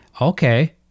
Okay